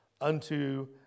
unto